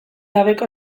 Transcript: gabeko